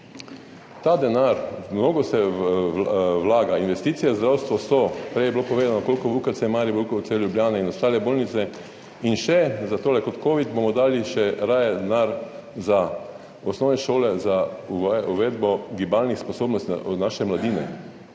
Ta denar, mnogo se vlaga, investicije v zdravstvo so. Prej je bilo povedano, koliko v UKC Maribor, koliko v UKC Ljubljana in ostale bolnice. In še tole. Kot za covid bomo dali še raje denar za osnovne šole za uvedbo gibalnih sposobnosti naše mladine,